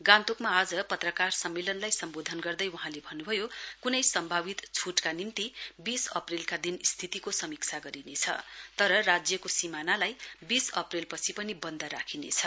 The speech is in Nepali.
गान्तोकमा आज पत्रकार सम्मेलनलाई सम्बोधन गर्दै वहाँले भन्नुभयो कुनै सम्भावित छुटका निम्ति वीस अप्रेलका दिन स्थितिको समीक्षा गरिनेछ तर राज्यको सीमानालाई वीस अप्रेल पछि पनि वन्द राखिनेछ